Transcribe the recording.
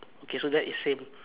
okay so that is same